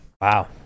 wow